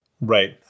Right